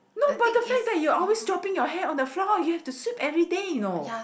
no but the fact that you always dropping your hair on the floor you have to sweep everyday you know